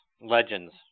legends